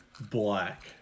black